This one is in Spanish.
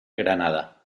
granada